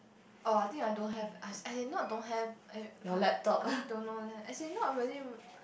oh I think I don't have I didn't not I but I really don't know that actually not really